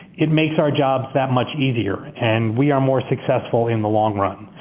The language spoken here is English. it makes our jobs that much easier and we are more successful in the long run.